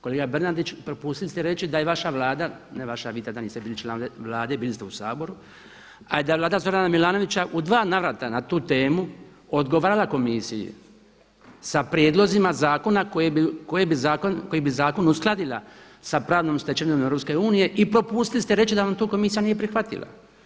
Kolega Bernardić, propustili ste reći da je vaša Vlada, ne vaša, vi tada niste bili član Vlade, bili ste u Saboru a i da je Vlada Zorana Milanovića u dva navrata na tu temu odgovarala komisiji sa prijedlozima zakona koji bi zakon uskladila sa pravnom stečevinom EU i propustili ste da vam to Komisija nije prihvatila.